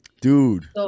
Dude